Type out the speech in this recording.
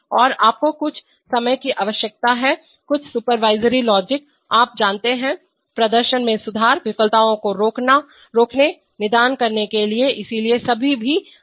और आपको कुछ समय की आवश्यकता है कुछ सुपरवाइजरी लॉजिकपर्यवेक्षी तर्क आप जानते हैं प्रदर्शन में सुधार विफलताओं को रोकने निदान करने के लिए इसलिए ये सभी भी आवश्यक हैं